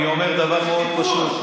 אני אומר דבר מאוד פשוט,